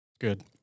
Good